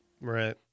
Right